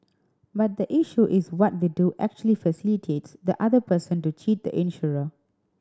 but the issue is what they do actually facilitates the other person to cheat the insurer